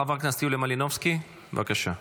חברת הכנסת יוליה מלינובסקי, בבקשה.